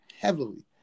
heavily